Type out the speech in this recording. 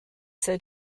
said